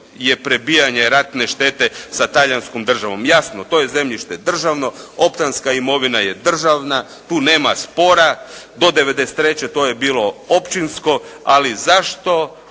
je prebijanje ratne štete sa Talijanskom državom. Jasno to je zemljište državno, oktanska imovina je državna, tu nema spora do '93, to je bilo općinsko, ali zašto